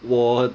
我